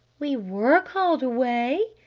we were called away,